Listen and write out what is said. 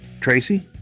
Tracy